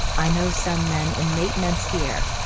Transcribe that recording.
i know some men in maintenance here.